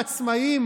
העצמאים